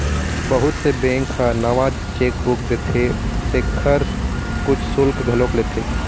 बहुत से बेंक ह नवा चेकबूक देथे तेखर कुछ सुल्क घलोक लेथे